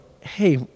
hey